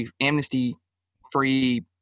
amnesty-free